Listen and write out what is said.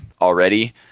already